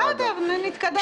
בסדר, נתקדם.